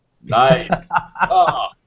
nice